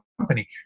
company